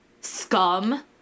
scum